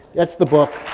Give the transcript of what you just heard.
that's the book.